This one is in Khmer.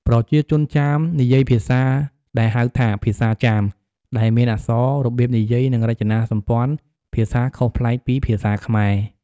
ប្រជាជនចាម និយាយភាសាដែលហៅថា ភាសាចាម ដែលមានអក្សរ របៀបនិយាយ និងរចនាសម្ព័ន្ធភាសាខុសប្លែកពីភាសាខ្មែរ។